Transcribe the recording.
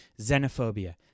Xenophobia